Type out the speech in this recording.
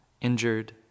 injured